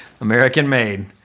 American-made